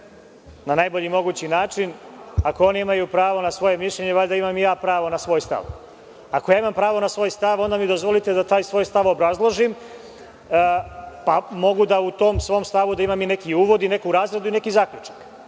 na najbolji mogući način. Ako oni imaju pravo na svoje mišljenje, valjda imam i ja pravo na svoj stav. Ako ja imam pravo na svoj stav, onda mi dozvolite da taj svoj stav obrazložim, pa mogu u tom svom stavu da imam neki uvod i neku razradu i neki zaključak,